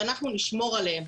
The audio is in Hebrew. שאנחנו נשמור עליהם.